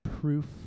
proof